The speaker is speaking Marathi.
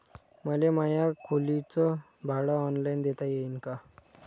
मले माया खोलीच भाड ऑनलाईन देता येईन का?